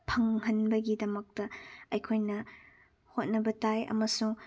ꯐꯪꯍꯟꯕꯒꯤꯗꯃꯛꯇ ꯑꯩꯈꯣꯏꯅ ꯍꯣꯠꯅꯕ ꯇꯥꯏ ꯑꯃꯁꯨꯡ